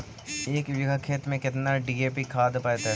एक बिघा खेत में केतना डी.ए.पी खाद पड़तै?